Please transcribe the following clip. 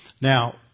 Now